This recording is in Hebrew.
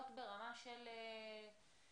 להיות ברמה של תאים,